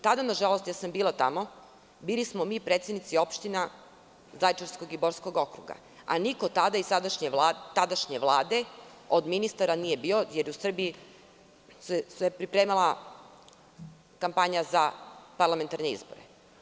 Tada, nažalost, ja sam bila tamo, bili smo mi, predsednici opština Zaječarskog i Borskog okruga, a niko od ministara tadašnje Vlade nije bio, jer u Srbiji se pripremala kampanja za parlamentarne izbore.